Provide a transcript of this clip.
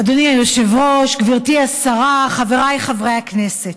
אדוני היושב-ראש, גברתי השרה, חבריי חברי הכנסת,